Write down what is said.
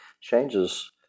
Changes